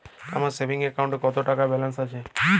আমার সেভিংস অ্যাকাউন্টে কত টাকা ব্যালেন্স আছে?